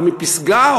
או מפסגה,